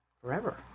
forever